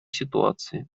ситуации